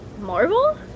Marvel